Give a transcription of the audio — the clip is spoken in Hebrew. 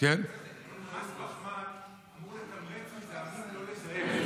מס פחמן אמור לתמרץ מזהמים לא לזהם.